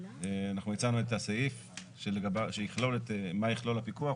אנחנו הצענו את הסעיף שיכלול את מה יכלול הפיקוח.